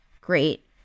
great